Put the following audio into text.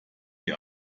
wie